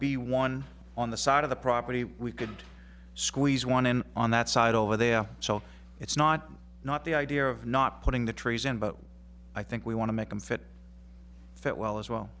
the one on the side of the property we could squeeze one in on that side over there so it's not not the idea of not putting the trees in but i think we want to make them fit fit well as well